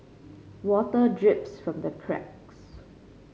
water drips from the cracks